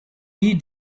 die